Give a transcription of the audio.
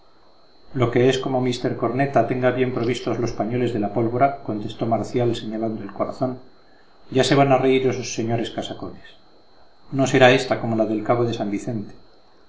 lo que es como mr corneta tenga bien provistos los pañoles de la pólvora contestó marcial señalando al corazón ya se van a reír esos señores casacones no será ésta como la del cabo de san vicente